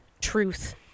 truth